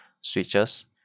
switches